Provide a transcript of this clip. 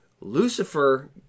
Lucifer